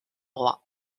roi